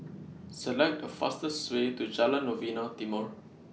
Select The fastest Way to Jalan Novena Timor